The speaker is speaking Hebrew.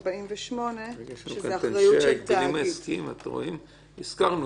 אנחנו תכף מסיימים את 2018. אנחנו צריכים